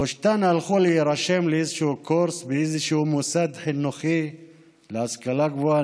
שלושתן הלכו להירשם לאיזשהו קורס באיזשהו מוסד חינוכי להשכלה גבוהה,